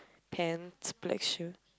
pants black shoes